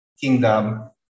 kingdom